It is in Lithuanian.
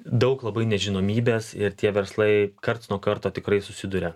daug labai nežinomybės ir tie verslai karts nuo karto tikrai susiduria